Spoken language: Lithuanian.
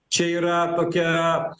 čia yra tokia